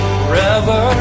forever